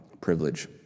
privilege